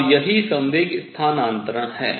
और यही संवेग स्थानांतरण है